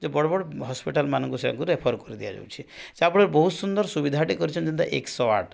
ଯେ ବଡ଼ ବଡ଼ ହସ୍ପିଟାଲମାନଙ୍କୁ ସେମାନଙ୍କୁ ରେଫର୍ କରି ଦିଆଯାଉଛି ଯାହାଫଳରେ ବହୁତ ସୁନ୍ଦର ସୁବିଧାଟେ କରିଛନ୍ତି ଯେଉଁଟାକି ଏକ ଶହ ଆଠ